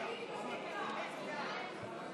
שלי לא נקלט.